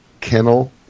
Kennel